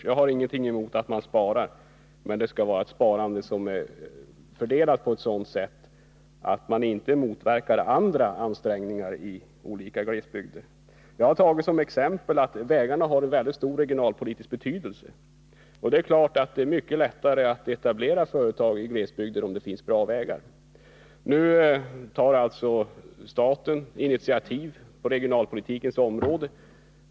Jag har ingenting emot att man spar, men det skall vara ett sparande som är fördelat så att man inte motverkar andra ansträngningar i olika glesbygder. Jag har framhållit att vägarna har en mycket stor regionalpolitisk betydelse. Det är givetvis mycket lättare att etablera företag i glesbygder om det finns bra vägar. Nu tar staten initiativ på regionalpolitikens område.